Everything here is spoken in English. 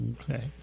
Okay